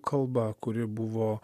kalba kuri buvo